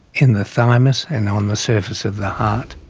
in the thymus and on the surface of the heart.